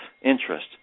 interest